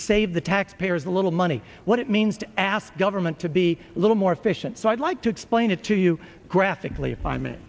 save the taxpayers a little money what it means to ask government to be a little more efficient so i'd like to explain it to you graphically